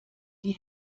die